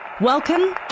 Welcome